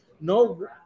No